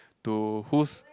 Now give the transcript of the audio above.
to whose